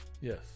Yes